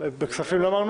בכספים כמה, שלושה?